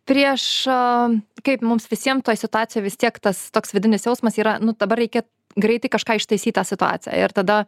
prieš a kaip mums visiem toj situacijoj vis tiek tas toks vidinis jausmas yra nu dabar reikia greitai kažką ištaisyt tą situaciją ir tada